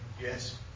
Yes